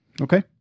Okay